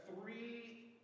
three